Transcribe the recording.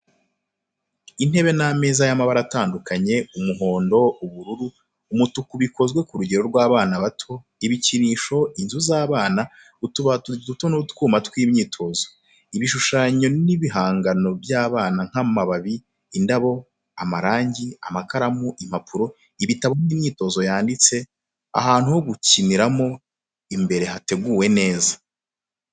Intebe n'ameza y’amabara atandukanye: umuhondo, ubururu, umutuku bikozwe ku rugero rw’abana bato, ibikinisho, inzu z’abana, utubati duto n’utwuma tw’imyitozo y’ubwenge. Ibishushanyo n’ibihangano by’abana nk’amababi, indabo, amarangi, amakaramu, impapuro, ibitabo n’imyitozo yanditse, ahantu ho gukiniramo imbere hateguwe neza.